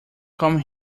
come